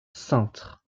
cintre